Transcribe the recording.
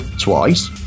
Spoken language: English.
twice